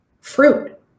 fruit